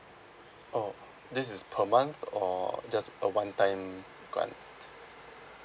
oh this is per month or just a one time grant